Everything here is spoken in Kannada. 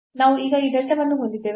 ನಾವು ಈಗ ಈ delta ವನ್ನು ಹೊಂದಿದ್ದೇವೆ